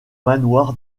manoir